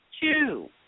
two